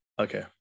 Okay